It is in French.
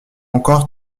encore